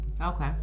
Okay